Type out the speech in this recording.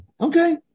Okay